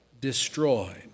destroyed